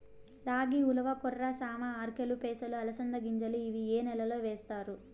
రాగి, ఉలవ, కొర్ర, సామ, ఆర్కెలు, పెసలు, అలసంద గింజలు ఇవి ఏ నెలలో వేస్తారు?